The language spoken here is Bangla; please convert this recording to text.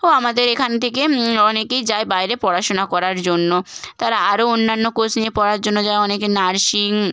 ও আমাদের এখান থেকে অনেকেই যায় বাইরে পড়াশুনা করার জন্য তারা আরও অন্যান্য কোর্স নিয়ে পড়ার জন্য যায় অনেকে নার্সিং